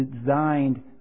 designed